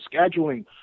scheduling